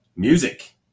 Music